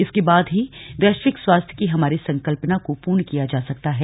इसके बाद ही वैश्विक स्वास्थ्य की हमारी संकल्पना को पूर्ण किया जा सकता है